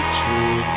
true